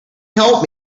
help